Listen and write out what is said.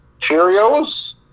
Cheerios